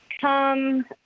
come